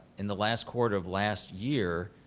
in the last quarter of last year,